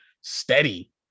steady